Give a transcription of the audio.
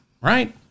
right